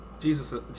Jesus